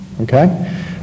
Okay